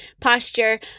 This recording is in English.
posture